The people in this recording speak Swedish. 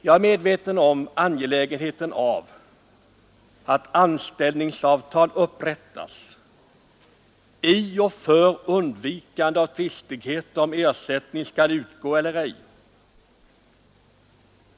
Jag är medveten om angelägenheten av att anställningsavtal upprättas i och för undvikande av tvistigheter om ersättning skall utgå eller ej.